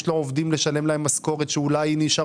הוא צריך לשלם משכורות לעובדים.